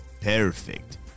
Perfect